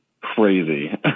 crazy